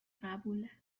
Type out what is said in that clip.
قبوله